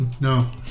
No